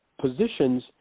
positions